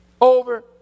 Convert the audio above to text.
Over